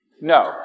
No